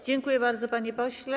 Dziękuję bardzo, panie pośle.